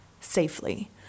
safely